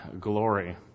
glory